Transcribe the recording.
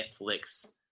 Netflix